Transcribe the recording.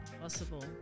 possible